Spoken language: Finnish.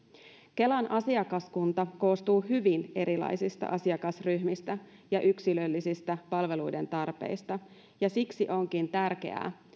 kelan asiakaskunta koostuu hyvin erilaisista asiakasryhmistä ja yksilöllisistä palveluiden tarpeista ja siksi onkin tärkeää